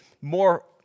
more